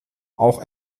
auch